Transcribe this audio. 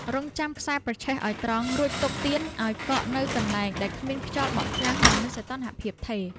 រៀបចំខ្សែប្រឆេះឱ្យត្រង់ រួចទុកទៀនឱ្យកកនៅកន្លែងដែលគ្មានខ្យល់បក់ខ្លាំង និងមានសីតុណ្ហភាពថេរ។